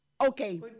Okay